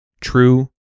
true